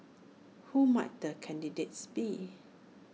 who might the candidate be